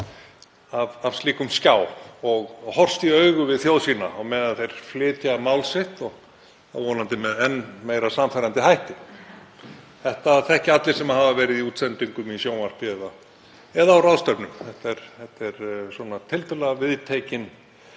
af slíkum skjá, og horfst í augu við þjóð sína á meðan þeir flytja mál sitt, og vonandi með enn meira sannfærandi hætti. Þetta þekkja allir sem hafa verið í útsendingum í sjónvarpi eða á ráðstefnum. Þetta er svona tiltölulega viðtekinn